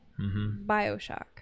Bioshock